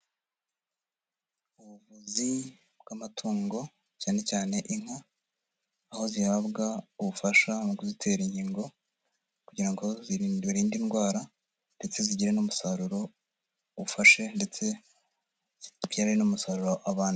Ubuvuzi bw'amatungo cyane cyane inka, aho zihabwa ubufasha mu kuzitera inkingo kugira ngo zirinde indwara ndetse zigire n'umusaruro zimufashe ndetse zibyare n'umusaruro abandi.